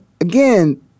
again